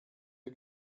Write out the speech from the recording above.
der